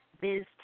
Biz